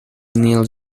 neil